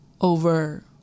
over